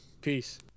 peace